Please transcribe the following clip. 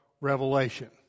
Revelation